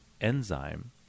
enzyme